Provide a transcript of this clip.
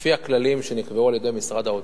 לפי הכללים שנקבעו על-ידי משרד האוצר,